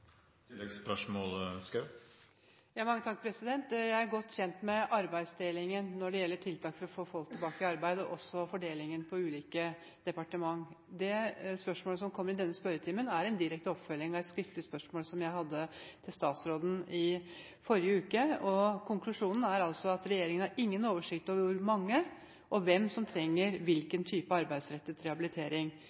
Jeg er godt kjent med arbeidsdelingen når det gjelder tiltak for å få folk tilbake i arbeid, og også fordelingen på ulike departementer. Det spørsmålet som kommer i denne spørretimen, er en direkte oppfølging av et skriftlig spørsmål som jeg hadde til statsråden i forrige uke. Konklusjonen er altså at regjeringen ikke har noen oversikt over hvor mange og hvem som trenger hvilken type arbeidsrettet rehabilitering.